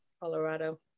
Colorado